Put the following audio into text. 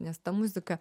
nes ta muzika